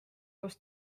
koos